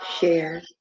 share